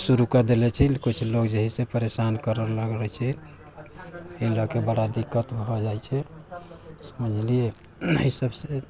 शुरु कय देले छै कुछ लोक जे है से परेशान करै लागै छै एहि लकऽ बड़ा दिक्कत भऽ जाइ छै समझलियै एहि सभसँ